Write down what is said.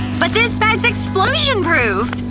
but this bag's explosion-proof!